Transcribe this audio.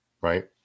right